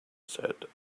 said